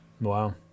Wow